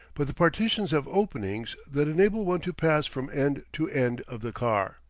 but the partitions have openings that enable one to pass from end to end of the car.